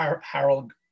Harold